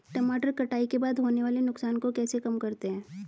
टमाटर कटाई के बाद होने वाले नुकसान को कैसे कम करते हैं?